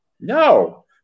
No